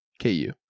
KU